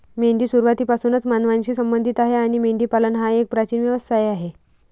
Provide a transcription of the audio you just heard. मेंढी सुरुवातीपासूनच मानवांशी संबंधित आहे आणि मेंढीपालन हा एक प्राचीन व्यवसाय आहे